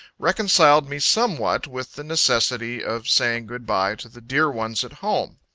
reconciled me somewhat with the necessity of saying good-bye to the dear ones at home.